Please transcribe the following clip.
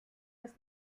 ist